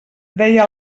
deia